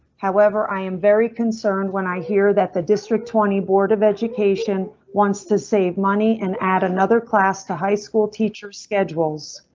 however, i am very concerned when i hear that the district twenty board of wants to save money and add another class to high school teachers schedules.